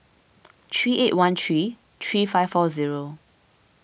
three eight one three three five four zero